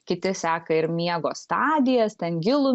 kiti seka ir miego stadijas ten gilų